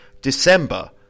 December